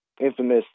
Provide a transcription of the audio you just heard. infamous